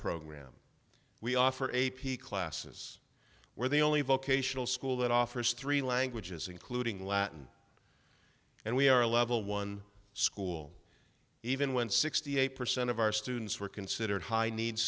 program we offer a p classes where the only vocational school that offers three languages including latin and we are a level one school even when sixty eight percent of our students were considered high needs